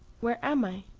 where am i,